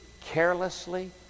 carelessly